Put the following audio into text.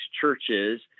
churches